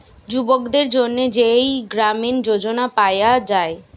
যুবকদের জন্যে যেই গ্রামীণ যোজনা পায়া যায়